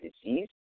disease